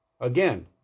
Again